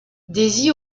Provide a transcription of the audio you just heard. daisy